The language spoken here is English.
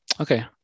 Okay